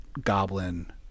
Goblin